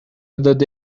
داده